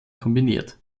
kombiniert